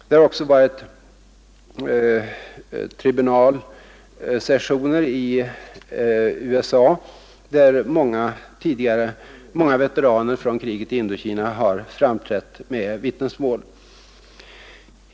Det har också varit tribunalsessioner i USA där många veteraner från kriget i Indokina framträtt med vittnesmål.